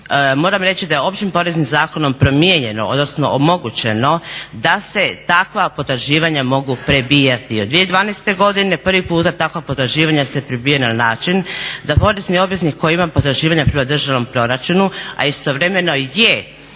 moram reći da je Općim poreznim zakonom promijenjeno, odnosno omogućeno da se takva potraživanja mogu prebijati. Od 2012. godine prvi puta takva potraživanja se prebijaju na način da porezni obveznik koji ima potraživanja perma državnom proračunu, a istovremeno je